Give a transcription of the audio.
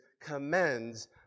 commends